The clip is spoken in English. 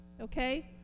Okay